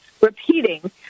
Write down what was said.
repeating